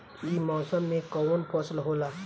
ई मौसम में कवन फसल होला?